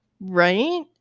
right